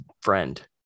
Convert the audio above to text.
friend